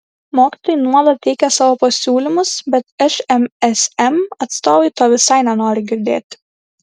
mokytojai nuolat teikia savo pasiūlymus bet šmsm atstovai to visai nenori girdėti